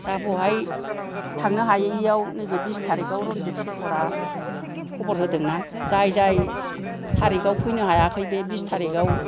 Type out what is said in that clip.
दा बहाय थांनो हायैआव नैबे बिस थारिखआव रन्जित सेकरआ खबर होदों ना जाय जाय थारिखआव फैनो हायाखै बे बिस थारिखआव